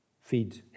feed